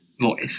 voice